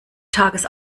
tages